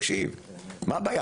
מה הבעיה?